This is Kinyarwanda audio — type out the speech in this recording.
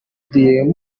dieu